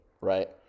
Right